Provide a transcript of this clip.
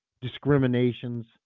discriminations